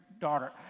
daughter